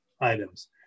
items